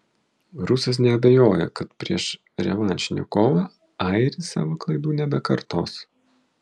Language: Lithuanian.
rusas neabejoja kad prieš revanšinę kovą airis savo klaidų nebekartos